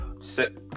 Sit